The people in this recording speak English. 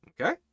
Okay